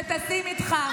שטסים איתך.